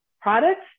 products